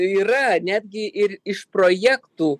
yra netgi ir iš projektų